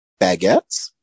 baguettes